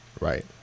Right